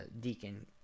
deacon